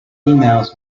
emails